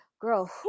girl